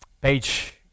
page